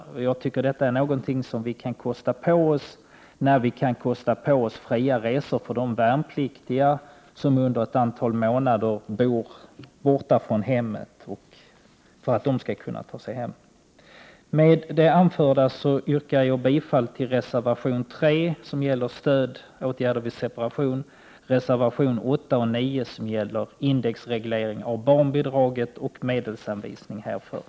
Jag tycker detta är någonting vi kan kosta på oss när vi kan kosta på oss fria hemresor åt de värnpliktiga som under ett antal månader bor borta från hemmet. Med det anförda yrkar jag bifall till reservation 3, som gäller stödåtgärder vid separation, samt till reservationerna 8 och 9, som gäller indexreglering av barnbidraget och medelsanvisning till barnbidrag.